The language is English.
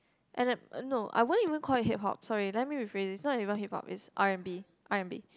ah nah no I won't even call it Hip-hop sorry let me rephrase this it's not even Hip-Hop it's R and B R and B